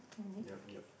yup yup